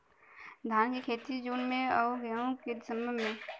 धान क खेती जून में अउर गेहूँ क दिसंबर में?